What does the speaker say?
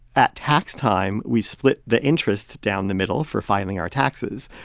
at tax time, we split the interest down the middle for filing our taxes.